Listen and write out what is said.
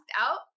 out